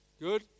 Good